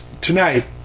tonight